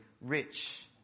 rich